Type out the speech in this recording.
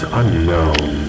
unknown